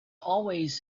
always